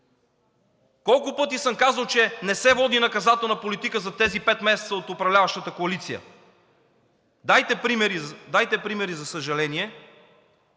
Колко пъти съм казвал, че не се води наказателна политика за тези пет месеца от управляващата коалиция! Дайте примери! За съжаление,